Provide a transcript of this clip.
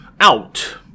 out